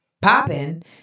popping